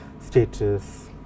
status